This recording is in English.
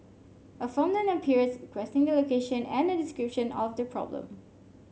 a form then appears requesting the location and a description of the problem